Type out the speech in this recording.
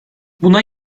buna